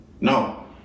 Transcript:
no